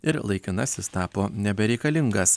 ir laikinasis tapo nebereikalingas